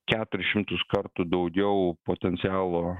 keturis šimtus kartų daugiau potencialo